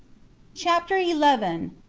chapter eleven.